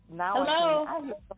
Hello